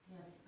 Yes